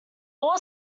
all